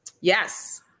Yes